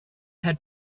had